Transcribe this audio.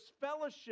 fellowship